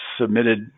submitted